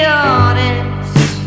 honest